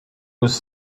was